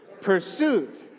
Pursuit